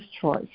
choice